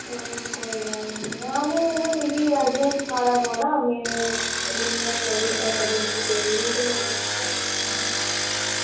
आं कोई गल्ल निं आं मिगी उऐ अरजैंट कम्म ऐ ते जाना पौना ते मिगी इंया थोह्ड़ी एमरजेंसी पेदी ही ते